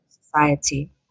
society